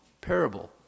parable